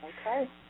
Okay